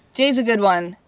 j's a good one.